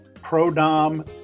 pro-dom